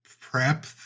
prep